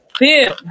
Boom